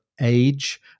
age